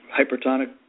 hypertonic